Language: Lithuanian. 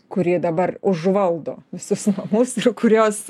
kuri dabar užvaldo visus mus kurios